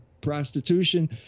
prostitution